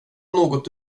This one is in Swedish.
något